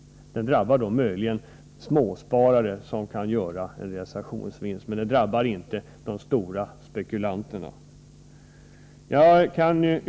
Den drabbar möjligen småsparare som gör en realisationsvinst, men den drabbar inte de stora spekulanterna.